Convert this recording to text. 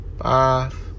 five